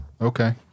Okay